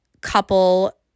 couple